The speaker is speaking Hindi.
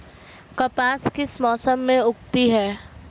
कपास किस मौसम में उगती है?